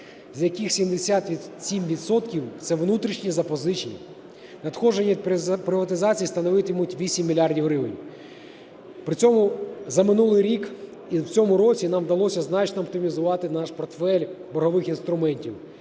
з яких 77 відсотків – це внутрішні запозичення. Надходження від приватизації становитимуть 8 мільярдів гривень. При цьому за минулий рік і в цьому році нам вдалося значно оптимізувати наш портфель боргових інструментів,